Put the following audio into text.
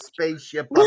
spaceship